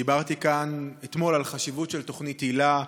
דיברתי כאן אתמול על החשיבות של תוכנית היל"ה,